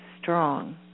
strong